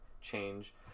change